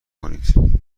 کنید